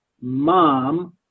mom